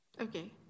Okay